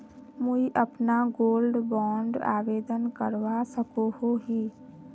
मुई अपना gold bond आवेदन करवा सकोहो ही?